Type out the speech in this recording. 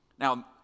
Now